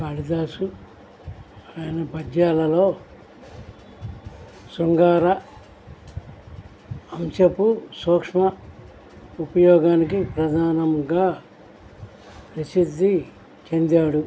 కాళిదాసు ఆయన పద్యాలలో శృంగార అంశపు సూక్ష్మ ఉపయోగానికి ప్రధానంగా ప్రసిద్ది చెందాడు